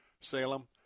Salem